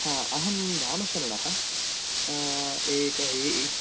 हा अहं रामशरणः एक